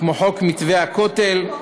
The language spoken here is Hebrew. כמו חוק מתווה הכותל,